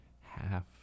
half